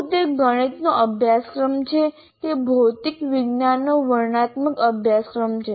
શું તે ગણિતનો અભ્યાસક્રમ છે કે ભૌતિક વિજ્ઞાનનો વર્ણનાત્મક અભ્યાસક્રમ છે